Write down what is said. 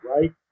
right